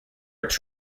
its